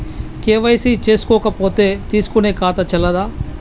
KYC చేసుకోకపోతే తీసుకునే ఖాతా చెల్లదా?